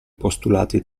postulati